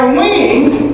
wings